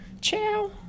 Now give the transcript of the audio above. Ciao